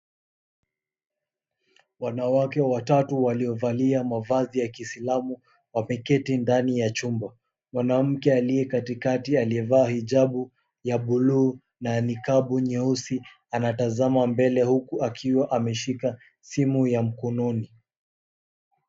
Wanawake watatu waliovalia mavazi ya kiislamu wameketi ndani ya chumba. Mwanamke aliye katikati, aliyevaa hijabu ya buluu na nikabu nyeusi, anatazama mbele, huku akiwa ameshika simu ya mkononi.